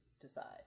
decide